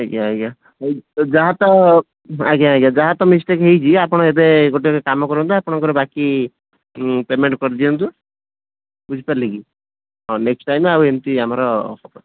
ଆଜ୍ଞା ଆଜ୍ଞା ଯାହା ତ ଆଜ୍ଞା ଆଜ୍ଞା ଯାହା ତ ମିଷ୍ଟେକ୍ ହେଇଛି ଆପଣ ଏବେ ଗୋଟେ କାମ କରନ୍ତୁ ଆପଣଙ୍କର ବାକି ପେମେଣ୍ଟ୍ କରି ଦିଅନ୍ତୁ ବୁଝି ପାରିଲେ କିି ହଁ ନେଷ୍ଟ୍ ଟାଇମ୍ ଆଉ ଏମିତି ଆମର